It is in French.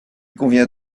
convient